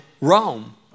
Rome